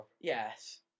Yes